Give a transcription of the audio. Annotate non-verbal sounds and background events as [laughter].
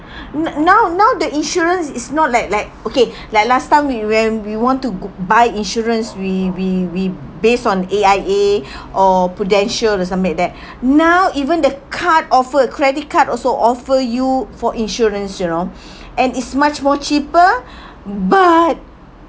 [breath] n~ now now the insurance is not like like okay [breath] like last time we when we want to go buy insurance we we we based on A_I_A [breath] or Prudential or something like that [breath] now even the card offer credit card also offer you for insurance you know [breath] and is much more cheaper but